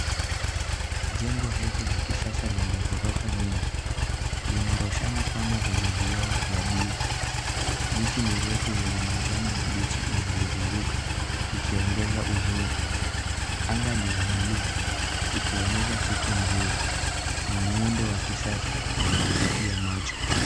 Jengo refu la kisasa lenye gorofa nyingi. Lina roshani pana zenye vioo vya buluu. Miti mirefu yenye majani mabichi imelizunguka, ikiongeza uzuri. Anga ni ya buluu ikionyesha siku nzuri. Ni muundo wa kisasa unaovutia macho.